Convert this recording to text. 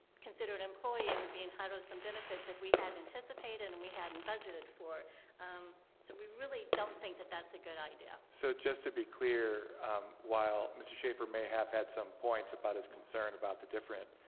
considered an employee would be entitled some benefits that we had anticipated and we hadn't budgeted for so we really don't think that that's a good idea. so just to be clear while mr. schaefer may have had some points about his concern about the different